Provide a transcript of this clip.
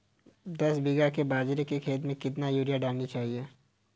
दस बीघा के बाजरे के खेत में कितनी यूरिया डालनी चाहिए?